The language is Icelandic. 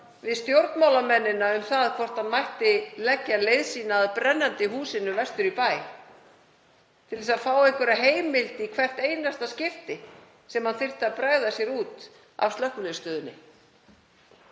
við stjórnmálamennina um hvort hann mætti leggja leið sína að brennandi húsi vestur í bæ, til að fá einhverja heimild í hvert einasta skipti sem hann þyrfti að bregða sér út af slökkviliðsstöðinni.